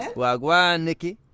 and wah gwaan, nicki?